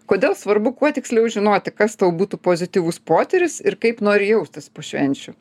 kodėl svarbu kuo tiksliau žinoti kas tau būtų pozityvus potyris ir kaip nori jaustis po švenčių